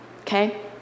okay